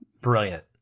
brilliant